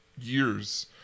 years